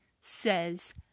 says